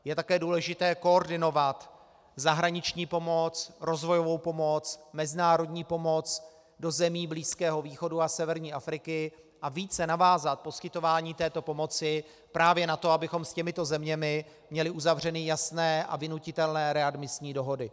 Je také důležité koordinovat zahraniční pomoc, rozvojovou pomoc, mezinárodní pomoc do zemí Blízkého východu a severní Afriky a více navázat poskytování této pomoci právě na to, abychom s těmito zeměmi měli uzavřeny jasné a vynutitelné readmisní dohody.